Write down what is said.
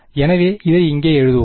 எனவே இதை இங்கே எழுதுவோம்